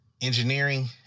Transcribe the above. engineering